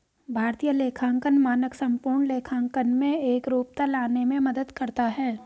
भारतीय लेखांकन मानक संपूर्ण लेखांकन में एकरूपता लाने में मदद करता है